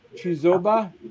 Chizoba